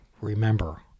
Remember